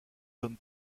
zone